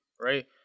right